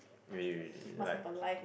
really really like